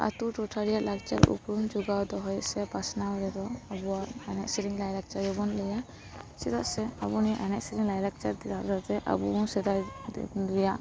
ᱟᱛᱳ ᱴᱚᱴᱷᱟ ᱨᱮᱭᱟᱜ ᱞᱟᱠᱪᱟᱨ ᱩᱯᱨᱩᱢ ᱡᱚᱜᱟᱣ ᱫᱚᱦᱚᱭ ᱥᱮ ᱯᱟᱥᱱᱟᱣ ᱨᱮᱫᱚ ᱟᱵᱚᱣᱟᱜ ᱮᱱᱮᱡ ᱥᱮᱨᱮᱧ ᱞᱟᱭ ᱞᱟᱠᱪᱟᱨ ᱜᱮᱵᱚᱱ ᱞᱟᱹᱭᱟ ᱪᱮᱫᱟᱜ ᱥᱮ ᱟᱵᱚ ᱱᱤᱭᱟᱹ ᱮᱱᱮᱡ ᱥᱮᱨᱮᱧ ᱞᱟᱭᱞᱟᱠᱪᱟᱨ ᱛᱮᱫᱚ ᱟᱫᱚ ᱪᱮᱫ ᱟᱵᱚ ᱵᱚᱱ ᱥᱮᱫᱟᱭ ᱨᱮᱭᱟᱜ